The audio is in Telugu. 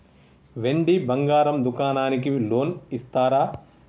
వెండి బంగారం దుకాణానికి లోన్ ఇస్తారా?